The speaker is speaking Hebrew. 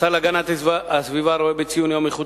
השר להגנת הסביבה רואה בציון יום איכות